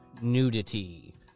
Nudity